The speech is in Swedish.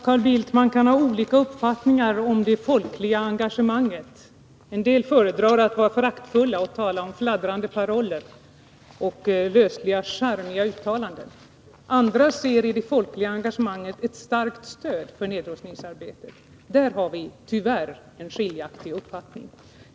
Herr talman! Man kan ha olika uppfattningar, Carl Bildt, om det folkliga engagemanget. En del föredrar att vara föraktfulla och tala om fladdrande banderoller och lösliga, charmiga uttalanden. Andra ser i det folkliga engagemanget ett starkt stöd för nedrustningsarbetet. Där har vi tyvärr en Nr 31 skiljaktig uppfattning.